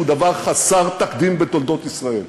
שהוא דבר חסר תקדים בתולדות ישראל.